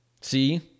See